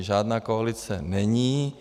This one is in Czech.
Žádná koalice není.